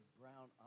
brown